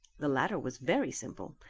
the latter was very simple.